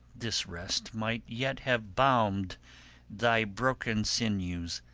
this rest might yet have balm'd thy broken sinews,